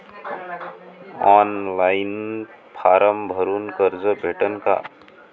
Online form भरून कर्ज भेटन का?